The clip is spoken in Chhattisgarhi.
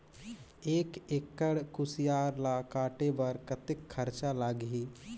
एक एकड़ कुसियार ल काटे बर कतेक खरचा लगही?